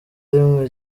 rimwe